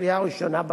לקריאה ראשונה בכנסת.